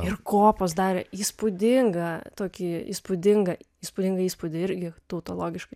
ir kopos darė įspūdingą tokį įspūdingą įspūdingą įspūdį irgi tautologiškai